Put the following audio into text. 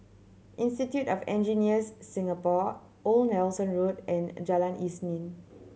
Institute of Engineers Singapore Old Nelson Road and Jalan Isnin